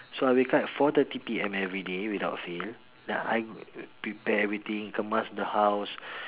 so I wake up at four thirty P_M everyday without fail then I prepare everything kemas the house